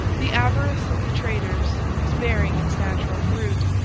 the avarice of the traders was bearing its natural fruit,